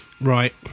Right